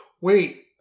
wait